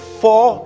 four